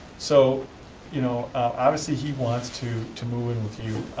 so you know obviously he wants to to move in with you.